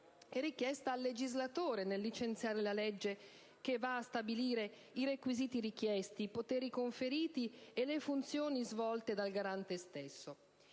è richiesta al legislatore nel licenziare la legge, che va a stabilire i requisiti richiesti, i poteri conferiti e le funzioni svolte dal Garante.